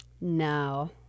No